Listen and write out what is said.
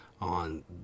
on